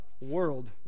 world